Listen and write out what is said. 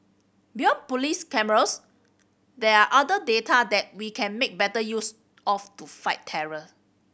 beyond police cameras there are other data that we can make better use of to fight terror